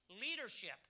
leadership